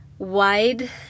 wide